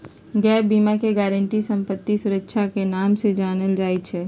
gap बीमा के guarantee संपत्ति सुरक्षा के नाम से जानल जाई छई